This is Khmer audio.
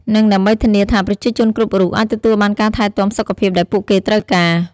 និងដើម្បីធានាថាប្រជាជនគ្រប់រូបអាចទទួលបានការថែទាំសុខភាពដែលពួកគេត្រូវការ។